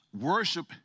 Worship